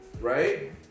right